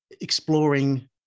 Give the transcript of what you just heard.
exploring